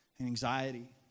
Anxiety